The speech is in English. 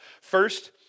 First